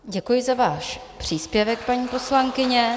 Děkuji za váš příspěvek, paní poslankyně.